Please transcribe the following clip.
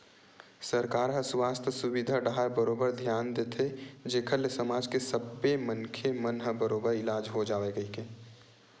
सरकार ह सुवास्थ सुबिधा डाहर बरोबर धियान देथे जेखर ले समाज के सब्बे मनखे मन के बरोबर इलाज हो जावय कहिके